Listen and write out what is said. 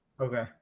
Okay